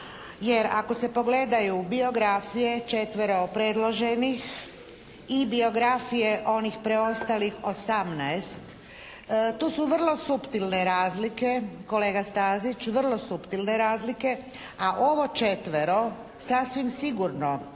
Jer ako se pogledaju biografije četvero predloženih i biografije onih preostalih 18 tu su vrlo suptilne razlike kolega Stazić vrlo suptilne razlike. A ovo četvero sasvim sigurno